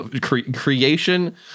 creation